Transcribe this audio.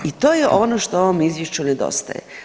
I to je ono što ovom izvješću nedostaje.